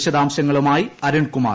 വിശദാംശങ്ങളുമായി അരുൺകുമാർ